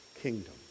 kingdom